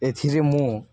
ଏଥିରେ ମୁଁ